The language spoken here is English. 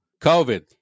COVID